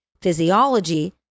physiology